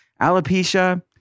Alopecia